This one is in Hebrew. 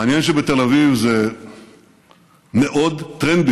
מעניין שבתל אביב זה מאוד טרנדי